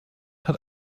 hat